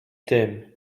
tym